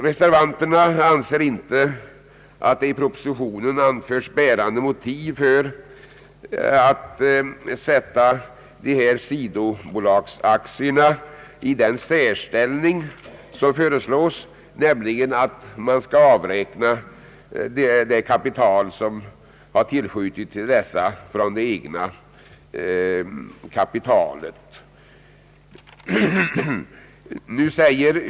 Reservanterna anser inte att i propositionen anförts bärande motiv för att sätta dessa sidobolags aktier i den särställning som föreslås, nämligen att man skall avräkna det kapital, som tillskjutits till dessa bolag, från det egna kapitalet.